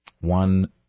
one